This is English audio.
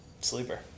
Sleeper